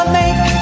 make